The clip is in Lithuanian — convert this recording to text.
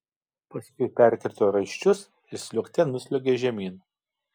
paskui perkirto raiščius ir sliuogte nusliuogė žemyn